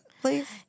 please